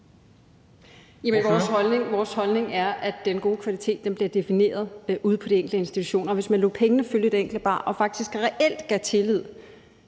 Vores holdning er, at den gode kvalitet bliver defineret ude på de enkelte institutioner, og hvis man lod pengene følge det enkelte barn og faktisk reelt havde tillid